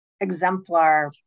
exemplar